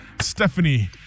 Stephanie